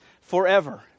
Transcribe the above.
forever